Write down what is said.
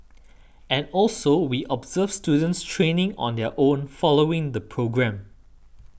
and also we observe students training on their own following the programme